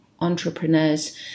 entrepreneurs